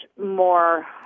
more